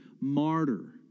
martyr